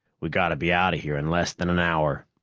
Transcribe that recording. we gotta be out of here in less than an hour!